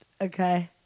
Okay